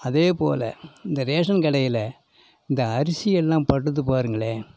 அதேபோல் இந்த ரேஷன் கடையில் இந்த அரிசி எல்லாம் படுது பாருங்களேன்